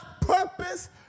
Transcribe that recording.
purpose